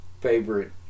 favorite